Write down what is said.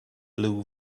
blue